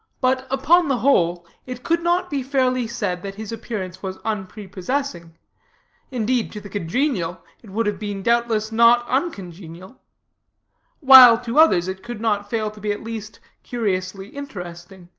but, upon the whole, it could not be fairly said that his appearance was unprepossessing indeed, to the congenial, it would have been doubtless not uncongenial while to others, it could not fail to be at least curiously interesting,